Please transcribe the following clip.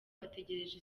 bategereje